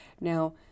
Now